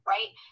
Right